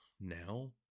now